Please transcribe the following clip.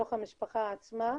בתוך המשפחה עצמה.